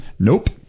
Nope